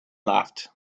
laughed